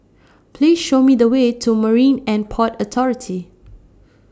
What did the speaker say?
Please Show Me The Way to Marine and Port Authority